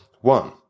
One